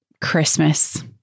Christmas